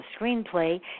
screenplay